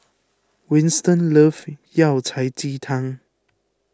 Winston loves Yao Cai Ji Tang